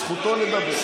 זכותו לדבר.